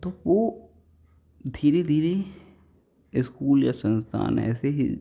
तो वह धीरे धीरे इस्कूल या संस्थान ऐसे ही